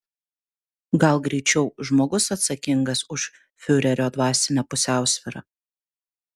gal greičiau žmogus atsakingas už fiurerio dvasinę pusiausvyrą